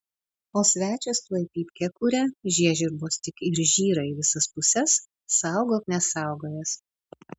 o svečias tuoj pypkę kuria žiežirbos tik ir žyra į visas puses saugok nesaugojęs